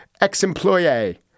ex-employee